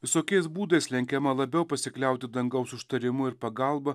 visokiais būdais lenkiama labiau pasikliauti dangaus užtarimu ir pagalba